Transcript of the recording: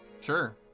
Sure